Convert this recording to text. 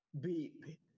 Beep